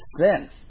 sin